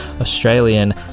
australian